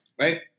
Right